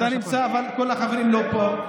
אוקיי, אתה נמצא, אבל כל החברים לא פה.